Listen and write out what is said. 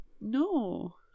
No